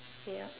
yup